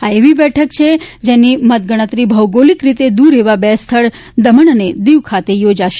આ એવી બેઠક છે જેની મતગણતરી ભૌગોલિક રીતે દ્રર એવા બે સ્થળ દમણ અને દિવ ખાતે યોજાશે